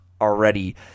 already